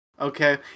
Okay